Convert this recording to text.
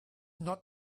not